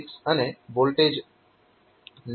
33 V મળે છે